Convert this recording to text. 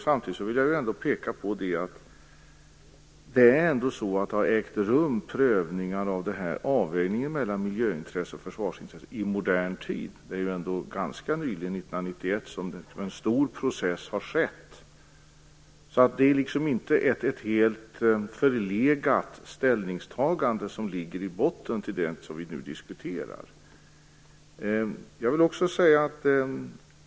Samtidigt vill jag ändå peka på att det skett prövningar av denna avvägning mellan miljöintressen och försvarsindustri i modern tid. Det är ändå ganska nyligen, 1991, som en stor process har ägt rum. Det är alltså inte ett helt förlegat ställningstagande som ligger till grund för det vi nu diskuterar.